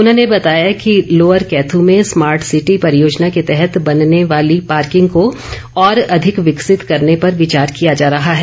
उन्होंने बताया कि लोअर कैथ् में स्मार्ट सिटी परियोजना के तहत बनने वाली पार्किंग को और अधिक विकसित करने पर विचार किया जा रहा है